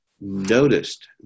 noticed